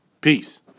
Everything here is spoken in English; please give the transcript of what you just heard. Peace